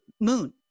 moon